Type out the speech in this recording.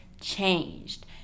changed